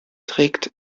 trägt